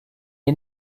est